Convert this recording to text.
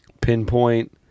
pinpoint